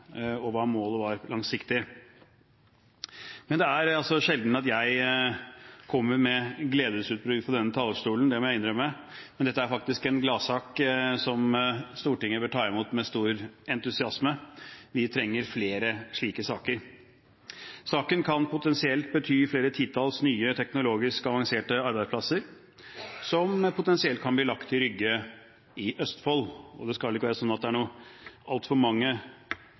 og hva målet var langsiktig. Det er altså sjelden jeg kommer med gledesutbrudd fra denne talerstolen, det må jeg innrømme, men dette er faktisk en gladsak som Stortinget bør ta imot med stor entusiasme. Vi trenger flere slike saker. Saken kan potensielt bety flere titalls nye, teknologisk avanserte arbeidsplasser som potensielt kan bli lagt til Rygge i Østfold. Det kan vel ikke være sånn at det er altfor mange